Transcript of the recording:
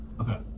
Okay